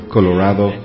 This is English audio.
Colorado